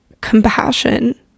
compassion